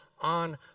on